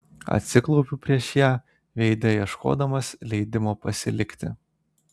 atsiklaupiu prieš ją veide ieškodamas leidimo pasilikti